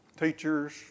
Teachers